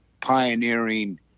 pioneering